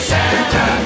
Santa